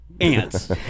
ants